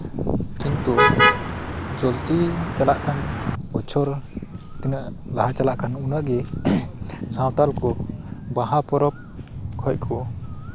ᱠᱤᱱᱛᱩ ᱪᱚᱞᱛᱤ ᱪᱟᱞᱟᱜ ᱠᱟᱱ ᱵᱚᱪᱷᱚᱨ ᱛᱤᱱᱟᱹᱜ ᱞᱟᱦᱟ ᱪᱟᱞᱟᱜ ᱠᱟᱱᱟ ᱩᱱᱟᱹᱜ ᱜᱮ ᱥᱟᱱᱛᱟᱞ ᱠᱚ ᱵᱟᱦᱟ ᱯᱚᱨᱚᱵᱽ ᱠᱷᱚᱱ ᱠᱚ